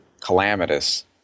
calamitous